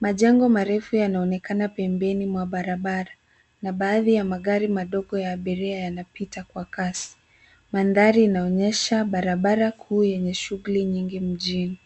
Majengo marefu yanaonekana pembeni mwa barabara na baadhi ya magari madogo ya abiria yanapita kwa kasi. Mandhari inaonyesha barabara kuu yenye shughuli nyingi mjini.